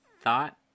thought